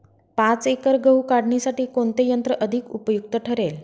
पाच एकर गहू काढणीसाठी कोणते यंत्र अधिक उपयुक्त ठरेल?